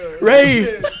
Ray